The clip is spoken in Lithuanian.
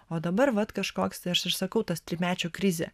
o dabar vat kažkoks tai aš ir sakau tas trimečio krizė